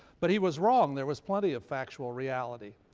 but he was wrong. there was plenty of factual reality.